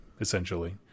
essentially